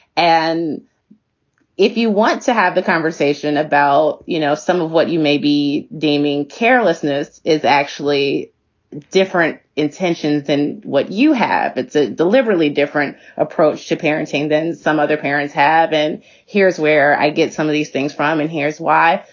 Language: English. and if you want to have the conversation about, you know, some of what you may be deeming carelessness is actually different intentions than what you have it's ah deliberately different approach to parenting than some other parents have. and here's where i get some of these things from and here's why.